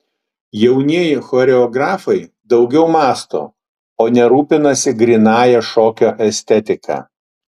jaunieji choreografai daugiau mąsto o ne rūpinasi grynąja šokio estetika